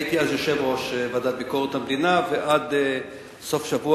הייתי אז יושב-ראש ועדת ביקורת המדינה ועד סוף השבוע